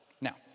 Now